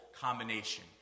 combination